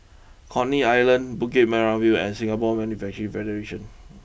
Coney Island Bukit Merah view and Singapore Manufacturing Federation